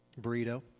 burrito